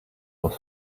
was